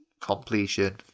completion